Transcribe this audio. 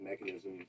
mechanism